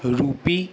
rupee